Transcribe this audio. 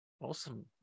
awesome